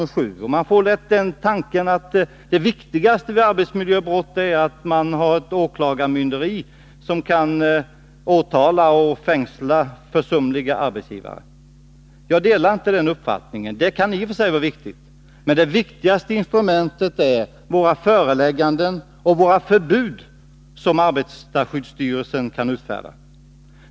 Den som läser reservationen får lätt intrycket att det viktigaste vid arbetsmiljöbrott är att det finns en åklagarmyndighet som kan åtala försumliga arbetsgivare och få dem fängslade. Jag delar inte den uppfattningen. Det kan i och för sig vara viktigt med åklagare, men det viktigaste instrumentet är de förelägganden och förbud som arbetarskyddsstyrelsen kan utfärda.